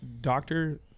doctor